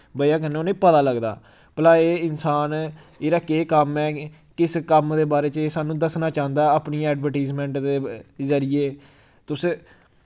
बजह कन्नै उ'नें पता लगदा भला एह् इंसान एह्दा केह् कम्म ऐ किस कम्म दे बारे च एह् सानूं दस्सना चांह्दा अपनी एडवरटीजमैंट दे जरिये तुस